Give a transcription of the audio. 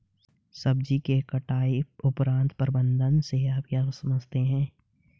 सब्जियों के कटाई उपरांत प्रबंधन से आप क्या समझते हैं?